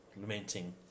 lamenting